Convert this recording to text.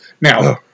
Now